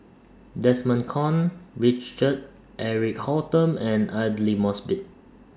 Desmond Kon Richard Eric Holttum and Aidli Mosbit